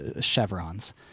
chevrons